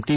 T